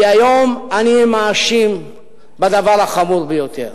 כי היום אני מאשים בדבר החמור ביותר: